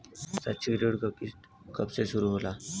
शैक्षिक ऋण क किस्त कब से शुरू होला?